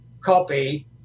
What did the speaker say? copy